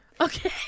Okay